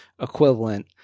equivalent